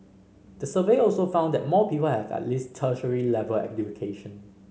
the survey also found that more people have at least tertiary level education